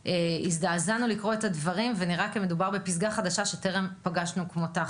הזדעזענו לקרוא את הדברים ונראה כי מדובר בפסגה חדשה שטרם פגשנו כמותה.